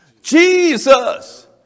Jesus